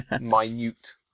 minute